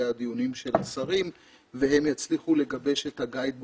הדיונים של השרים והם יצליחו לגבש את ה-גייד בוק.